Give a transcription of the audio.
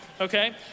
okay